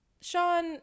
Sean